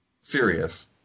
serious